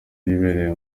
yibereye